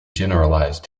generalized